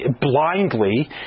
blindly